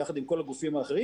יחד עם כל הגופים האחרים,